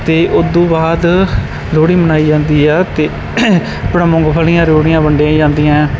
ਅਤੇ ਉੱਦੂ ਬਾਅਦ ਲੋਹੜੀ ਮਨਾਈ ਜਾਂਦੀ ਹੈ ਅਤੇ ਆਪਣਾ ਮੂੰਗਫਲੀਆਂ ਰਿਉੜੀਆਂ ਵੰਡੀਆਂ ਜਾਂਦੀਆਂ